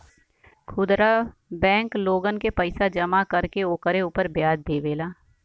खुदरा बैंक लोगन के पईसा जमा कर के ओकरे उपर व्याज देवेला